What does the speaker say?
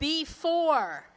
before